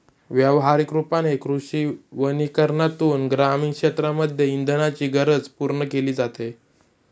व्यवहारिक रूपाने कृषी वनीकरनातून ग्रामीण क्षेत्रांमध्ये इंधनाची गरज पूर्ण केली जाते